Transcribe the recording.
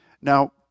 Now